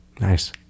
Nice